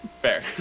Fair